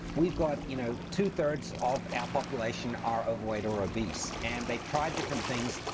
we've got you know two-thirds of our population are overweight or obese, and they've tried different things.